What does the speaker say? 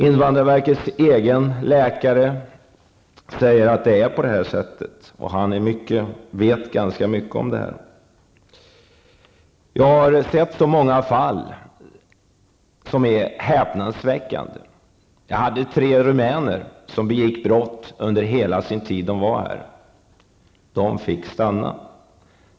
Invandrarverkets egen läkare säger att det är på det sättet, och han vet ganska mycket om det här. Jag har sett så många fall som är häpnadsväckande. Det fanns tre rumäner som begick brott under hela den tid de fanns här. De fick stanna.